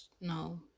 no